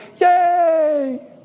Yay